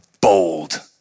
bold